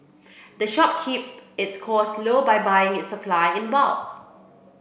the shop keep its costs low by buying its supply in bulk